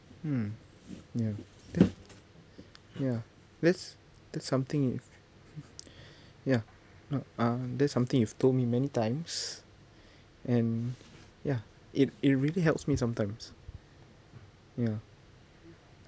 hmm ya that ya that's that's something is ya no um that's something you told me many times and ya it it really helps me sometimes ya